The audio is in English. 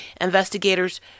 investigators